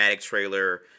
trailer